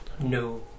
No